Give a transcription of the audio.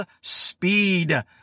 speed